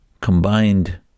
combined